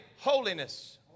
Holiness